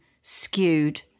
skewed